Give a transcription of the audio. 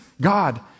God